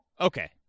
Okay